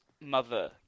mother